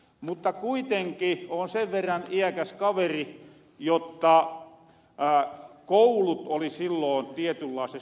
mutta kuitenki oon sen verran iäkäs kaveri jotta koulut oli silloon tietynlaises avaanasemas